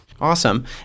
Awesome